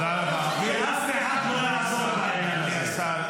ואף אחד לא יעזור בעניין הזה.